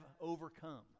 overcome